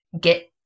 get